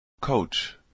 Coach